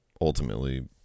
ultimately